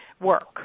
work